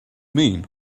mean